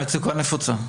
נפוצה.